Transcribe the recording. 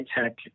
tech